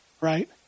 right